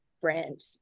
brand